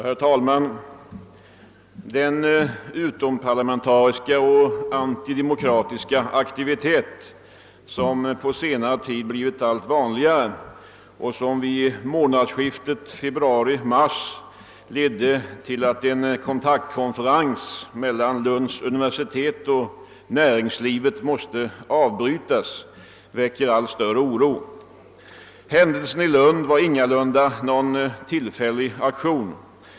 Herr talman! Den utomparlamentariska och antidemokratiska aktivitet, som på senare tid blivit allt vanligare och som vid månadsskiftet februari— mars ledde till att en kontaktkonferens mellan Lunds universitet och näringslivet måste avbrytas, väcker allt större oro. Händelsen i Lund var ingalunda någon tillfällig aktion.